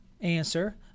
answer